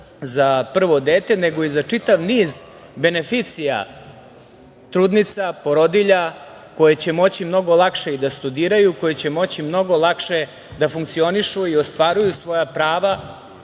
za prvo dete, nego i za čitav niz beneficija trudnica, porodilja koje će moći mnogo lakše i da studiraju, koje će moći mnogo lakše da funkcionišu i ostvaruju svoja prava